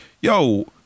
yo